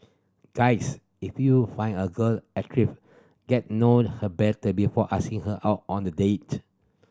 guys if you find a girl get know her better before asking her out on a date